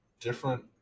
different